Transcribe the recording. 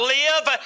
live